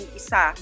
isa